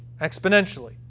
exponentially